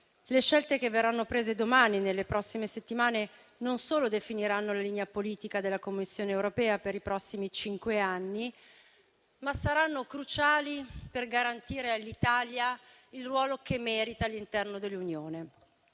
Le scelte che verranno prese domani e nelle prossime settimane non solo definiranno la linea politica della Commissione europea per i prossimi cinque anni, ma saranno cruciali per garantire all'Italia il ruolo che merita all'interno dell'Unione.